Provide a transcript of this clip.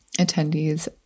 attendees